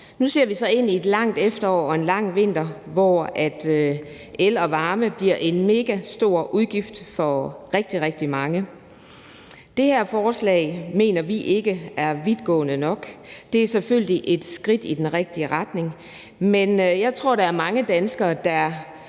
Nu ser vi så ind i et langt efterår og en lang vinter, hvor el og varme bliver en megastor udgift for rigtig, rigtig mange. Det her forslag mener vi ikke er vidtgående nok. Det er selvfølgelig et skridt i den rigtige retning, men jeg tror, at der er mange danskere, der